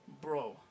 Bro